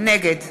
נגד